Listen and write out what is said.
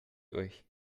euch